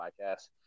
podcast